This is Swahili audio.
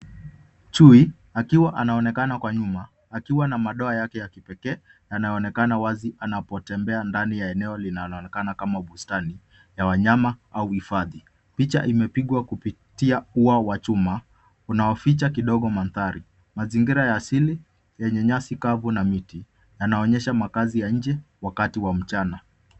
Chui akiwa anaonekana kwa nyuma, akiwa na madoa yake ya kipekee, anaonekana wazi anapotembea ndani ya eneo linaloonekana kama bustani ya wanyama au hifadhi. Picha imepigwa kupitia ua wa chuma unaoficha kidogo mandhari . Mazingira ya asili yenye nyasi kavu na miti yanaonyesha makazi ya nje wakati wa mchana.